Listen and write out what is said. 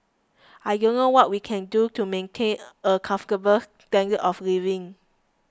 I don't know what we can do to maintain a comfortable standard of living